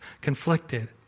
conflicted